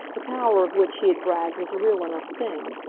the power of which he had bragged was a real enough thing.